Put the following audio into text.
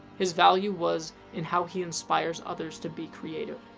his value was in how he inspires others to be creative.